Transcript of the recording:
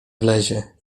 wlezie